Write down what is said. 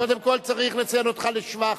קודם כול צריך לציין אותך לשבח: